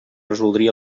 resoldria